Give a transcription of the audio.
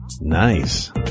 Nice